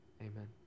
Amen